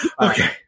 Okay